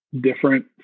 different